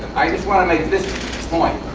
i just want to make this point,